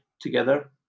together